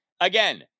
Again